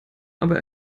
aber